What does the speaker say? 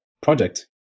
project